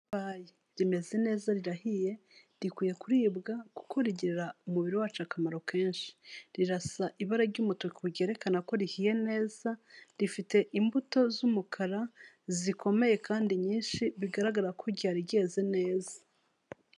Ipapayi rimeze neza rirahiye rikwiye kuribwa kuko rigirira umubiri wacu akamaro kenshi, rirasa ibara ry'umutuku ryerekana ko rihiye neza, rifite imbuto z'umukara zikomeye kandi nyinshi bigaragara ko ryari ryeze neza.